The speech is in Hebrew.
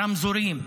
ברמזורים.